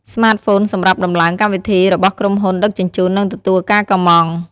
ស្មាតហ្វូនសម្រាប់ដំឡើងកម្មវិធីរបស់ក្រុមហ៊ុនដឹកជញ្ជូន និងទទួលការកម្ម៉ង់។